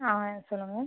ஆ சொல்லுங்கள்